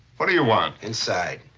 what do you want? inside.